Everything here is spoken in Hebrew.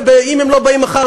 ואם הם לא באים מחר,